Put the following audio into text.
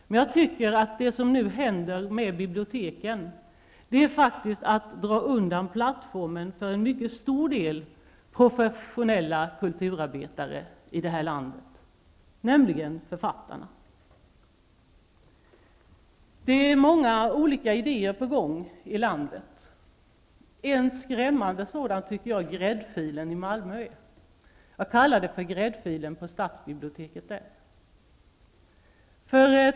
Men jag tycker att det som nu händer med biblioteken faktiskt är att dra undan plattformen för en mycket stor del professionella kulturarbetare i vårt land, nämligen författarna. Det är många olika idéer på gång i landet. En skrämmande sådan tycker jag är ''gräddfilen'' i Malmö. Jag kallar företeelsen på stadsbiblioteket i Malmö för gräddfilen.